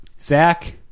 Zach